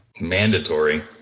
Mandatory